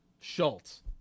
Schultz